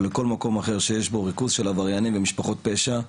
או לכל מקום אחר שיש בו ריכוז של עבריינים ומשפחות פשע,